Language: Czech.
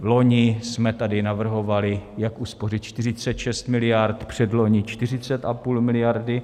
Loni jsme tady navrhovali, jak uspořit 46 miliard, předloni 40,5 miliardy.